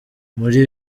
muri